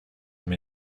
him